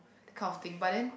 that kind of thing but then